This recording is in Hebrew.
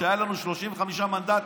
כשהיו לנו 35 מנדטים.